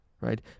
right